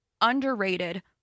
underrated